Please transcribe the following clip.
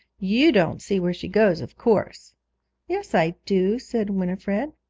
you don't see where she goes, of course yes i do said winifred.